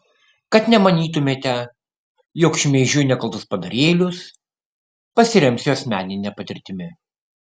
kad nemanytumėte jog šmeižiu nekaltus padarėlius pasiremsiu asmenine patirtimi